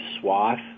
swath